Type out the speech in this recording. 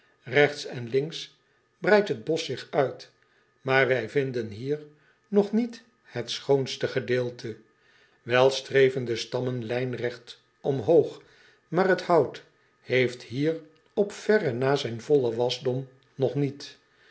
egts en links breidt het bosch zich uit maar wij vinden hier nog niet het schoonste gedeelte el streven de stammen lijnregt omhoog maar het hout heeft hier op verre na zijn vollen wasdom nog niet